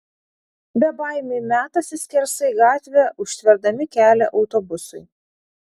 bebaimiai metasi skersai gatvę užtverdami kelią autobusui